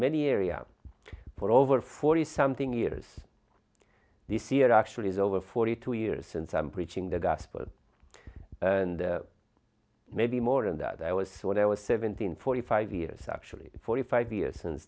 many area for over forty something years this year actually is over forty two years since i'm preaching the gospel and maybe more than that i was what i was seventeen forty five years actually forty five years since